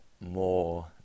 more